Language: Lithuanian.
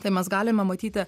tai mes galime matyti